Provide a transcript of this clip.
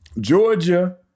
Georgia